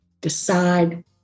decide